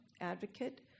advocate